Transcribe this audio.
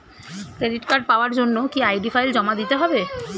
Credit card পাওয়ার জন্য কি আই.ডি ফাইল জমা দিতে হবে?